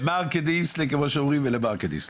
בנוסף,